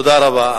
תודה רבה.